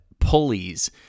pulleys